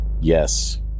Yes